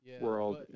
world